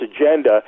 agenda